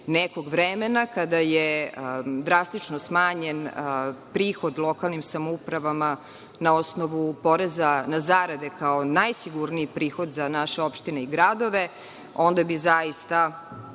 nekog vremena kada je drastično smanjen prihod lokalnim samoupravama na osnovu poreza na zarade, kao najsigurniji prihod za naše opštine i gradove, onda bi zaista